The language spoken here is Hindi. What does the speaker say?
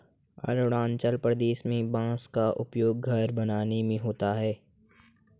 अरुणाचल प्रदेश में बांस का उपयोग घर बनाने में होता है